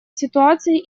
ситуации